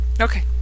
Okay